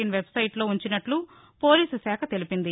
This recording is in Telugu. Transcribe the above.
ఇన్ వెట్ సైట్లో ఉంచినట్లు పోలీసు శాఖ తెలిపింది